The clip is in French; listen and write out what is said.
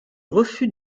refus